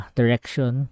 direction